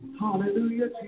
Hallelujah